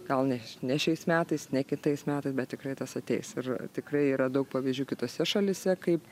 gal neš ne šiais metais ne kitais metais bet tikrai tas ateis ir tikrai yra daug pavyzdžių kitose šalyse kaip